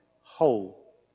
whole